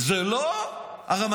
זה לא הרמטכ"ל,